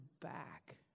back